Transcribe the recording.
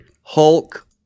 Hulk